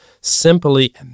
simply